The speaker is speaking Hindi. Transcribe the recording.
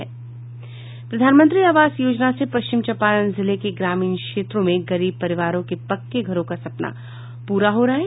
प्रधानमंत्री आवास योजना से पश्चिम चंपारण जिले के ग्रामीण क्षेत्रों में गरीब परिवारों के पक्के घरों का सपना पूरा हो रहा है